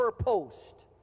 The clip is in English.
post